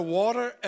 water